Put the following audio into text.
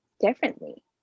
differently